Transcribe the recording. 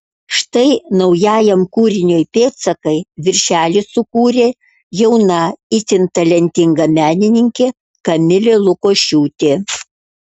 štai naujajam kūriniui pėdsakai viršelį sukūrė jauna itin talentinga menininkė kamilė lukošiūtė